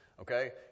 Okay